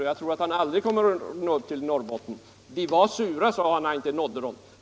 Jag tror att Per Petersson aldrig kommer att nå upp till norrbottningarna, men vi var sura, sade han när han inte gjorde det.